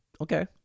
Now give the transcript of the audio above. Okay